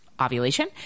ovulation